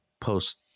post